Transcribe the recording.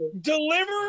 deliver